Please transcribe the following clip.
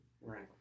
Right